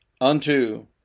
unto